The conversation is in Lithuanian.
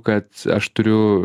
kad aš turiu